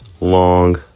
long